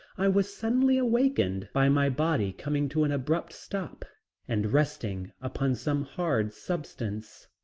i was suddenly awakened by my body coming to an abrupt stop and resting upon some hard substance.